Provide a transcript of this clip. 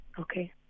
okay